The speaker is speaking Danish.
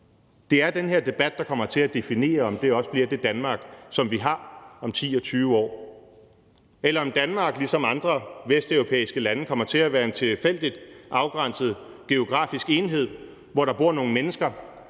Det er den her debat, der kommer til at definere, om det også bliver det Danmark, som vi har om 10 og 20 år, eller om Danmark ligesom andre vesteuropæiske lande kommer til at være en tilfældigt afgrænset geografisk enhed, hvor der bor nogle mennesker,